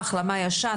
החלמה ישן.